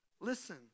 Listen